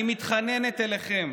אני מתחננת אליכם,